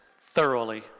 thoroughly